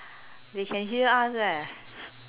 they can hear us leh